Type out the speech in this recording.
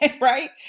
Right